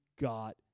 got